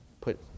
put